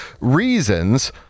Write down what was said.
reasons